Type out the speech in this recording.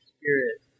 Spirit